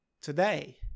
today